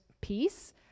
peace